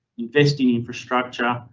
investing infrastructure,